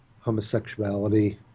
homosexuality